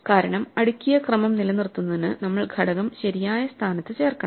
കാരണം അടുക്കിയ ക്രമം നിലനിർത്തുന്നതിന് നമ്മൾ ഘടകം ശരിയായ സ്ഥാനത്ത് ചേർക്കണം